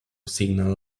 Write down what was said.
signal